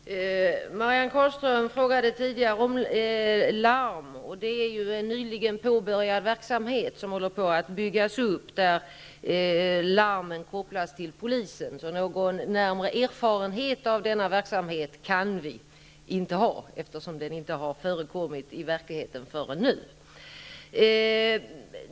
Fru talman! Marianne Carlström frågade tidigare om larm. Detta är en nyligen påbörjad verksamhet, som håller på att byggas upp, och där larmen kopplas till polisen. Någon närmare erfarenhet av denna verksamhet kan vi inte ha, eftersom den inte har förekommit i verkligheten förrän nu.